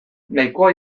nahikoa